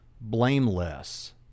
blameless